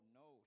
no